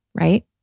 right